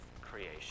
creation